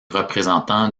représentant